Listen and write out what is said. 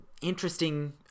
interesting